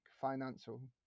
financial